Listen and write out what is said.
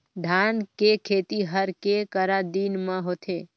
धान के खेती हर के करा दिन म होथे?